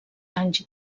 anys